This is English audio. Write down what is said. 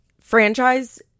franchise